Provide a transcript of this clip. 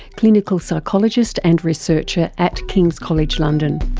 clinical psychologist and researcher at kings college london